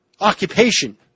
occupation